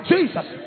Jesus